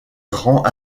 grand